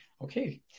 okay